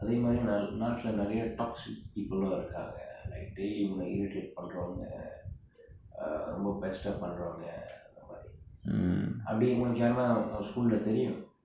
அதே மாதிரி நாட்டுல நிரைய:athe maathiri naatula niraya toxic people இருக்காங்க:irukaanga like daily irritate பன்ரவாங்க:pandravanga uh ரொம்ப:romba pester பன்ரவாங்க அந்த மாதிரி அப்படி உனக்கு யாராவது உன்:pandravanga antha maathiri appadi unakku yaaraavathu un school தெரியும்:theriyum